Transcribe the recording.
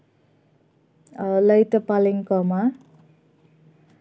ᱞᱟᱹᱭ ᱛᱮ ᱯᱟᱞᱮᱧ ᱠᱚᱢᱟ